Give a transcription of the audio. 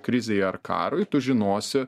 krizei ar karui tu žinosi